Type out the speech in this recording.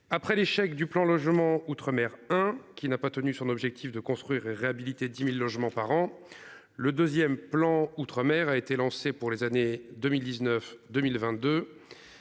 Après l'échec du plan logement outre-mer hein qui n'a pas tenu son objectif de construire et réhabiliter 10.000 logements par an. Le 2ème plan outre-mer a été lancé pour les années 2019 2022.